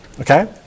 Okay